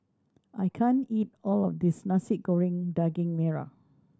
I can't eat all of this Nasi Goreng Daging Merah